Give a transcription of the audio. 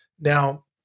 Now